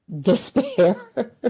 despair